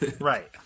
right